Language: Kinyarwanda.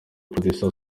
producer